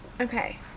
Okay